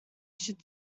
should